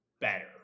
better